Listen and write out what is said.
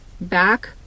back